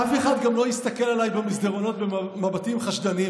"אף אחד גם לא הסתכל עליי במסדרונות במבטים חשדניים.